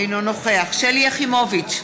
אינו נוכח שלי יחימוביץ,